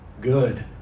good